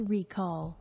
Recall